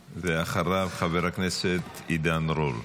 ואחריו, חבר הכנסת עידן רול.